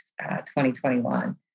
2021